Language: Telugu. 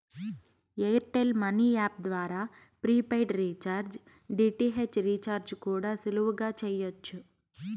ఎయిర్ టెల్ మనీ యాప్ ద్వారా ప్రిపైడ్ రీఛార్జ్, డి.టి.ఏచ్ రీఛార్జ్ కూడా సులువుగా చెయ్యచ్చు